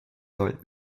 soll